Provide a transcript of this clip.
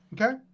Okay